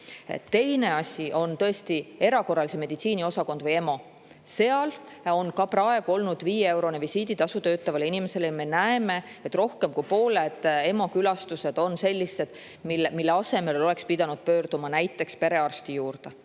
tõuse. Teine asi on tõesti erakorralise meditsiini osakond ehk EMO. Seal on ka praegu olnud viieeurone visiiditasu töötavale inimesele ja me näeme, et rohkem kui pooled EMO külastused on sellised, mille asemel oleks pidanud pöörduma näiteks perearsti juurde.